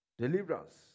Deliverance